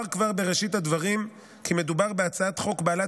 אומר כבר בראשית הדברים כי מדובר בהצעת חוק בעלת